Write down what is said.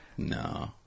No